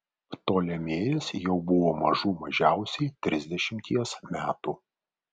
ptolemėjas jau buvo mažų mažiausiai trisdešimties metų